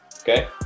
Okay